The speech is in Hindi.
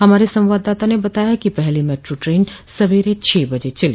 हमारे संवाददाता ने बताया है कि पहली मेट्रो ट्रेन सवेरे छह बजे चली